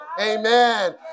Amen